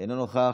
אינו נוכח,